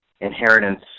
inheritance